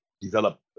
develop